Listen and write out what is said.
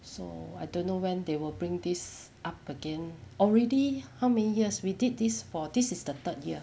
so I don't know when they will bring this up again already how many years we did this for this is the third year